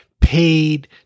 paid